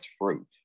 fruit